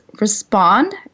respond